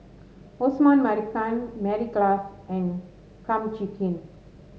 Osman Merican Mary Klass and Kum Chee Kin